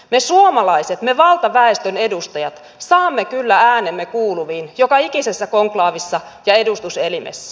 me suomalaiset me valtaväestön edustajat saamme kyllä äänemme kuuluviin joka ikisessä konklaavissa ja edustuselimessä